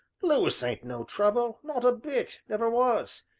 lewis ain't no trouble not a bit never was,